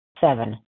Seven